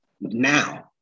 now